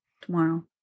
Tomorrow